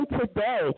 today